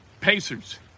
Pacers